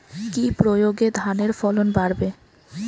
কি প্রয়গে ধানের ফলন বাড়বে?